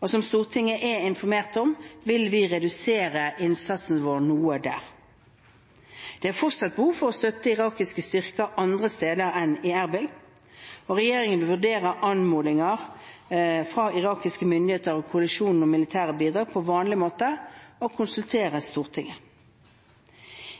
mindre. Som Stortinget er informert om, vil vi redusere innsatsen vår noe der. Det er fortsatt behov for støtte til irakiske styrker andre steder enn i Erbil. Regjeringen vil vurdere anmodninger fra irakiske myndigheter og koalisjonen om militære bidrag på vanlig måte og konsultere Stortinget.